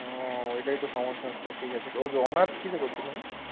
ও ওইটাই তো সমস্যা হচ্ছে ঠিক আছে ওই ও অনার্স কিসে করছো তুমি